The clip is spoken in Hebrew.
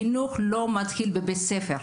חינוך לא מתחיל בבית ספר,